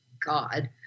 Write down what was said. God